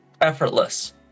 effortless